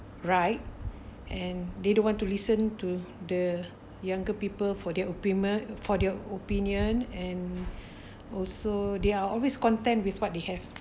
right and they don't want to listen to the younger people for their opimen~ for their opinion and also they are always content with what they have